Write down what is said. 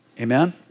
Amen